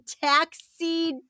taxi